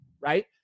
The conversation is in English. right